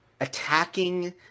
attacking